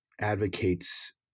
advocates